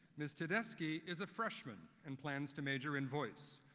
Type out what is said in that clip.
ms. tedeschi is a freshman and plans to major in voice.